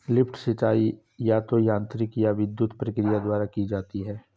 lift सिंचाई या तो यांत्रिक या विद्युत प्रक्रिया द्वारा की जाती है